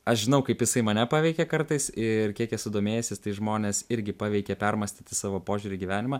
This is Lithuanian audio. aš žinau kaip jisai mane paveikė kartais ir kiek esu domėjęsis tai žmones irgi paveikė permąstyti savo požiūrį į gyvenimą